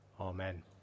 Amen